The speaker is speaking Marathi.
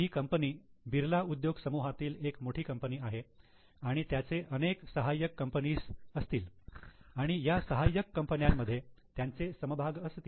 ही कंपनी बिर्ला उद्योग समूहातील एक मोठी कंपनी आहे आणि त्यांचे अनेक सहाय्यक कंपनीस असतील आणि ह्या सहाय्यक कंपन्यांमध्ये त्यांचे समभाग असतील